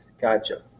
gotcha